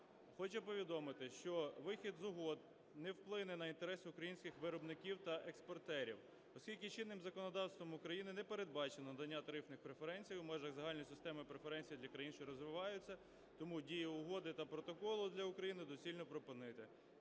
Хочу повідомити, що вихід з угод не вплине на інтереси українських виробників та експортів, оскільки чинним законодавством України не передбачено надання тарифних преференцій у межах Загальної системи преференцій для країн, що розвиваються. Тому дію угоди та протоколу для України доцільно припинити.